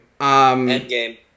Endgame